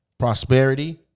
prosperity